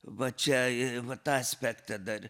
va čia va tą aspektą dar